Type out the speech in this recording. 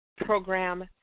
program